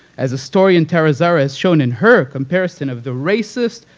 as historian tara zahra has shown in her comparison of the racist,